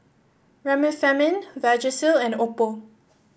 Remifemin Vagisil and Oppo